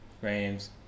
frames